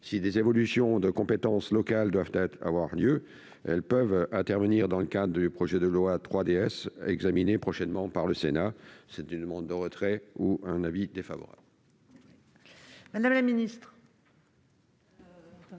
Si des évolutions de compétences locales doivent avoir lieu, elles peuvent intervenir dans le cadre du projet de loi 3DS, examiné prochainement par le Sénat. C'est une demande de retrait, sinon l'avis sera défavorable.